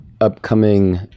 upcoming